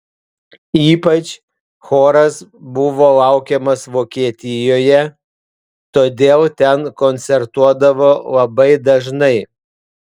ypač choras buvo laukiamas vokietijoje todėl ten koncertuodavo labai dažnai